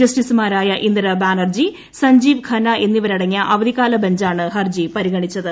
ജസ്റ്റിസുമാരായ ഇന്ദിരാ ബാനർജി സൻജീവ് ഖന്ന എന്നിവരടങ്ങിയ അവധിക്കാല ബഞ്ചാണ് ഹർജി പരിഗണിച്ചത്